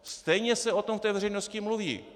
Stejně se o tom v té veřejnosti mluví.